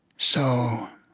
so,